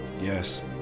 Yes